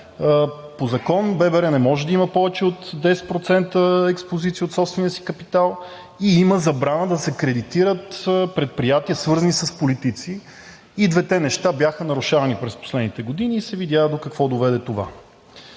по закон ББР не може да има повече от 10% експозиция от собствения си капитал и има забрана да се кредитират предприятия, свързани с политици. И двете неща бяха нарушавани през последните години, и се видя до какво доведе това.